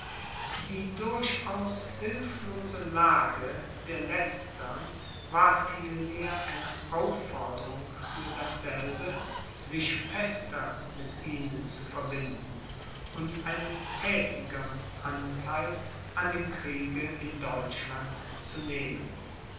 die durchaus hilflose lage der letztern war vielmehr eine aufforderung für dasselbe sich fester mit ihnen zu verbinden und einen thätigern antheil an dem kriege in deutschland zu nehmen